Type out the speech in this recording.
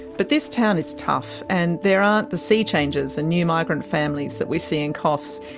but this town is tough. and there aren't the sea changers and new migrant families that we see in coffs.